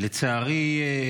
לצערי,